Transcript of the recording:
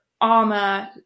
armor-